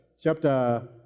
chapter